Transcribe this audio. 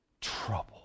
trouble